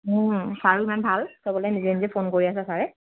sir ইমান ভাল চ'বলৈ নিজে নিজে ফোন কৰি আছে ছাৰে